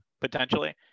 potentially